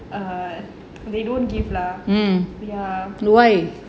err they don't give lah ya